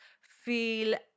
feel